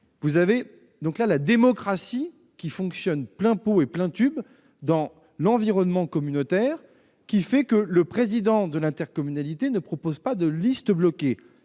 sortie. Ainsi, la démocratie fonctionne à plein pot et à plein tube dans l'environnement communautaire où le président de l'intercommunalité ne propose pas de liste bloquée.